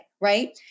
right